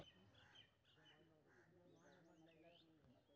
हमरो जे लोन छे केना कटेबे अपनो खाता से?